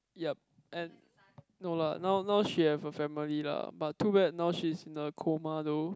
yup and no lah now now she have a family lah but too bad now she's in a coma though